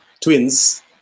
twins